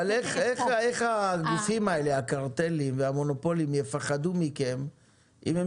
אבל איך הגופים האלה הקרטלים והמונופולים יפחדו מכם אם הם